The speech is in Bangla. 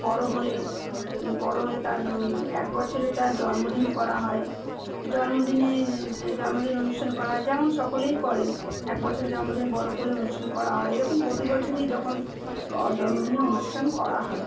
বড় হলে বড় হলে তার এক বছরে তার জন্মদিন করা হয় জন্মদিনে জন্মদিন অনুষ্ঠান করা হয় যেমন সকলেই করেন এক বছরের জন্মদিন বড় করে অনুষ্ঠান করা এরকম প্রতি বছরই যখন জন্মদিনে অনুষ্ঠান করা হয়